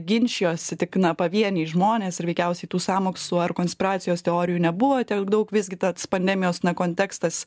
ginčijosi tik na pavieniai žmonės ir veikiausiai tų sąmokslų ar konspiracijos teorijų nebuvo tiek daug visgi tas pandemijos kontekstas